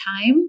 time